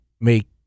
make